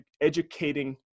educating